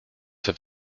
have